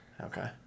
Okay